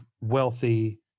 wealthy